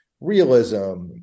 realism